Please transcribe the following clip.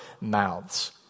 mouths